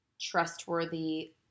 trustworthy